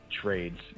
trades